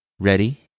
Ready